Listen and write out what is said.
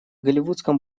голливудском